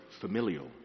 familial